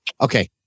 Okay